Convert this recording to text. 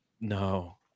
no